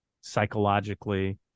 psychologically